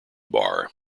bar